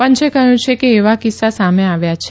પંચે કહ્યું છે કે આ એવા કિસ્સા સામે આવ્યા છે